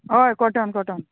हय cotton cotton